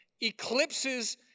eclipses